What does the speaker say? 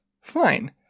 fine